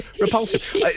repulsive